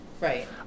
Right